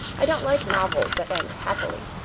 i don't like novels that end happily.